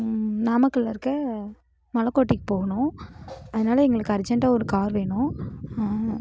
நாமக்கல்லில் இருக்க மலைக்கோட்டைக்கு போகணும் அதனால் எங்களுக்கு அர்ஜென்ட்டாக ஒரு கார் வேணும்